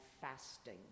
fasting